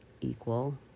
equal